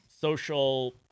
social